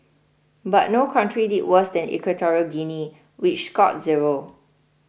but no country did worse than Equatorial Guinea which scored zero